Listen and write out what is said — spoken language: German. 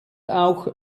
auch